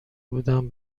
بودم